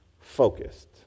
focused